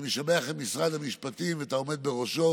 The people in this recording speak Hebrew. אני משבח את משרד המשפטים ואת העומד בראשו